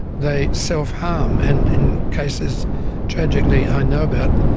they self-harm, and in cases tragically i know about,